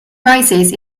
rises